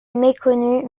méconnu